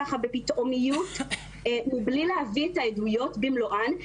בפתאומיות ובלי להבין את עדויות במלואן,